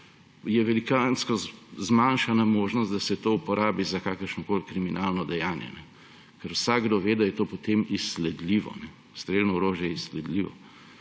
je velikansko zmanjšana možnost, da se to uporabi za kakršno koli kriminalno dejanje. Ker vsakdo ve, da je to potem izsledljivo. Strelno orožje je izsledljivo.